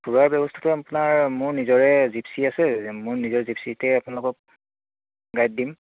ফুৰাৰ ব্যৱস্থাটো আপোনাৰ মোৰ নিজৰে জিপ্ছি আছে মোৰ নিজৰ জিপ্ছিতে আপোনালোকক গাইড দিম